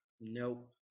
nope